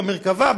במרכבה,